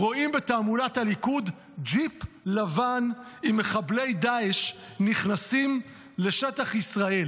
רואים בתעמולת הליכוד ג'יפ לבן עם מחבלי דאעש נכנסים לשטח ישראל,